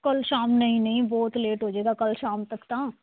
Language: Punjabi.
ਕੱਲ੍ਹ ਸ਼ਾਮ ਨਹੀਂ ਨਹੀਂ ਬਹੁਤ ਲੇਟ ਹੋ ਜਾਏਗਾ ਕਲ੍ਹ ਸ਼ਾਮ ਤੱਕ ਤਾਂ